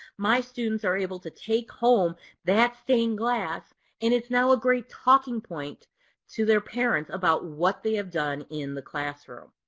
my students are able to take home that stained glass and it's now a great talking point to their parents about what they have done in the classroom.